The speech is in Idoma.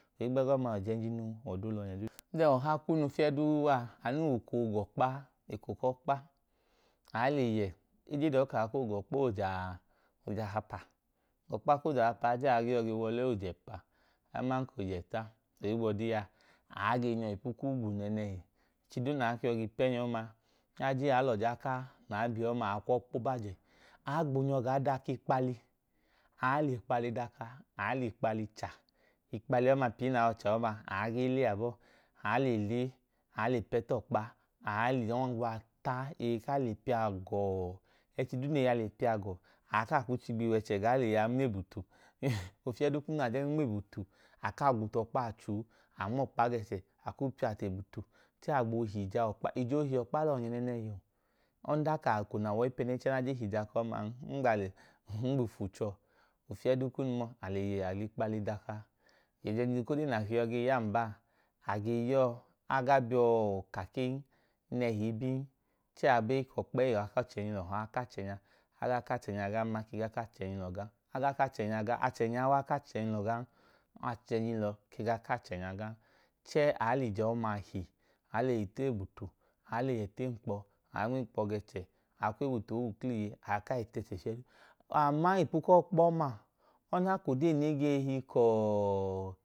Dẹn ọha kunu fiyẹ duu a, anu wẹ eko ooga ọkpa a. Aa le yẹ, e ge dọọ ka, aa koo ga ọkpa oje ahapa. Ọkpa ku oje ahapa a, a jen aa gee yọi wa ọlẹ oje ẹpa, aman ka oje ẹta, ohigbu ọdiya? Aa gen yọ ipu ku ugwu nẹẹnẹhi. Ẹchi duu nẹ aa ke yọ ge nyọ ọma, aa lẹ ọja kaa nẹ aa bi ọma, aa kwu ọọ i kpo baa jẹ nyọ gaa daka ikpali. Aa lẹ ikpali daka, aa lẹ ikpali cha. Ikpali ọma pii nẹ aa yọi cha ọma, aa gee le abọọ. Aa le pẹ ta ọkpa, aa lẹ angwa ta, eyi ku aa le piya gọọ. eko duu nẹ eyi a le piya gọọ, aa kaa kwu pẹ wẹchẹ gaa lẹ iyaa miya ebutu. Ofiyẹ duu a, a jen nma ebutu, aa kaa gwo tu ọkpa a chuu. Aa nma ọkpa ga ẹchẹ aa kwu piya che ebutu, chẹẹ, a ge hija ọkpa. Ija oohe ọkpa lọhi nẹẹnẹhin. Ọdanka eko nẹ a wẹ ọyipẹnẹnchẹ nẹ a jen hija eko ọman, m ba ufu chẹ uwọ. Ofiyẹ duu kunu a le yẹ a lẹ ikpali daka. Ẹjẹnji ku ode na a ke yọi ya n baa a, a ke ya ọọ a gaa bi ọọ, ikaken, nẹhi ibin, chẹẹ aa ba enkpọ ọkpa, ee wẹ ẹku ọchẹnyilọ, ee wẹ ẹku ọchẹnya. A ga ẹku achẹny glan ma, a ke ga ẹku achẹnyilọ glan. A ga aku achẹnya glan, achẹnya i ga aku achẹnyilọ glan, achẹnyilọ i ke ga aka achẹnya glan. Chẹẹ, a lẹ ija ọma he, aa le yẹ ta ebutu, aa le yẹ ta enkpọ. Aa nma enkpọ le ta ebutu, aa kwu ebutu i wu kla iye, aa kaa le ta ẹchẹ pọ. ama ipu ku ọkpa ọma, ọdanka ọdee ne ge hi ka inyilekpe a lẹ iye kwu uwọ